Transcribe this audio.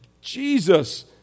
Jesus